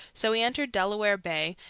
so he entered delaware bay,